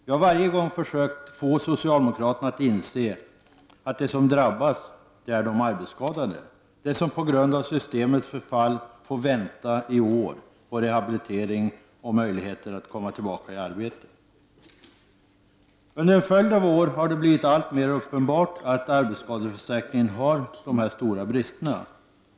Vi har varje gång försökt få socialdemokraterna att inse att de som drabbas är de arbetsskadade, de som på grund av systemets förfall får vänta i år på rehabilitering och möjlighet att komma tillbaka till arbetslivet. Under en följd av år har det blivit alltmer uppenbart att arbetsskadeförsäkringen har stora brister.